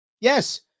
Yes